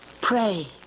pray